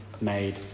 made